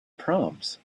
proms